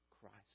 christ